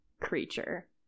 creature